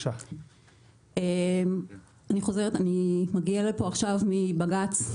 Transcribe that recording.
אני מגיעה לפה מבג"ץ,